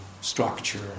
structure